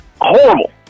horrible